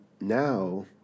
now